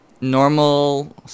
normal